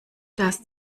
das